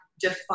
define